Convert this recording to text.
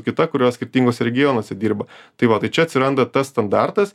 kita kurios skirtinguose regionuose dirba tai va tai čia atsiranda tas standartas